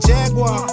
Jaguar